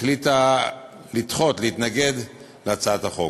החליטה לדחות, להתנגד להצעת החוק.